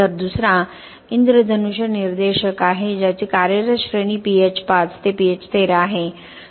तर दुसरा इंद्रधनुष्य निर्देशक आहे ज्याची कार्यरत श्रेणी pH 5 ते pH 13 आहे